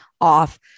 off